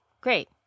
great